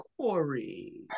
Corey